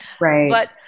Right